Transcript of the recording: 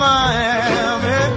Miami